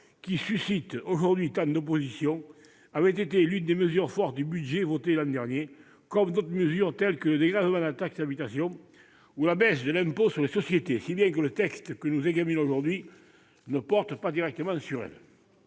qui suscite aujourd'hui tant d'oppositions, avait été l'une des mesures fortes du budget voté l'an dernier, comme d'autres, telles que le dégrèvement de la taxe d'habitation ou la baisse de l'impôt sur les sociétés, si bien que le texte que nous examinons aujourd'hui ne porte pas directement sur elles.